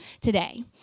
today